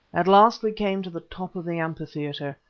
at last we came to the top of the amphitheatre.